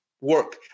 work